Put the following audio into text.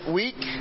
week